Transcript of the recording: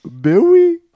Billy